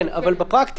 כן, אבל בפרקטיקה.